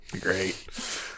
Great